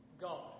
God